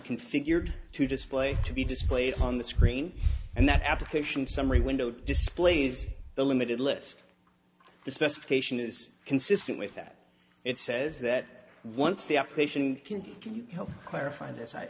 configured to display to be displayed on the screen and that application summary window displays the limited list the specification is consistent with that it says that once the operation can you can you help clarify this i